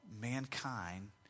mankind